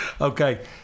Okay